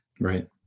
Right